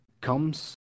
comes